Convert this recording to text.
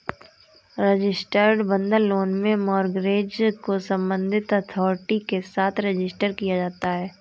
registered बंधक loan में mortgage को संबंधित अथॉरिटी के साथ रजिस्टर किया जाता है